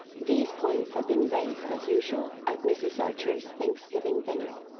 these points had been raised, as usual, at mrs. archer's thanksgiving dinner.